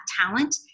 talent